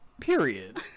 Period